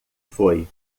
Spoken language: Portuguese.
foi